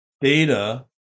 data